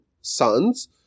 sons